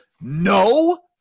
No